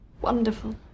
wonderful